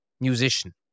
musician